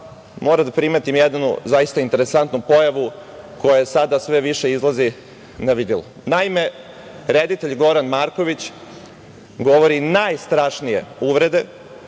moram da primetim jednu interesntnu pojavu, koja sve više izlazi na videlo. Naime, reditelj Goran Marković, govori najstrašnije uvrede,